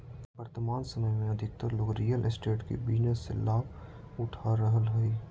वर्तमान समय में अधिकतर लोग रियल एस्टेट के बिजनेस से लाभ उठा रहलय हइ